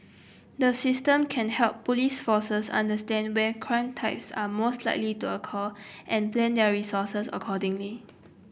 the system can help police forces understand when crime types are most likely to occur and plan their resources accordingly